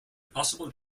possible